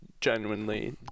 genuinely